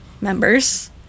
members